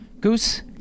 Goose